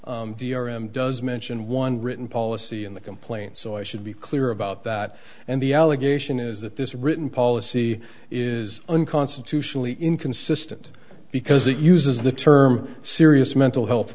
said the r m does mention one written policy in the complaint so i should be clear about that and the allegation is that this written policy is unconstitutionally inconsistent because it uses the term serious mental health